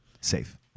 safe